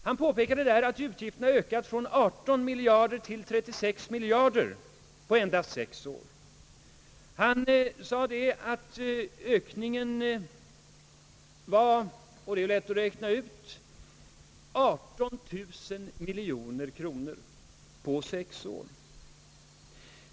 Han har bl.a. påpekat att utgifterna ökat från 18 till 36 miljarder på endast sex år. Han sade att ökningen — och det är lätt att räkna ut — var 18 000 miljoner kronor på sex år.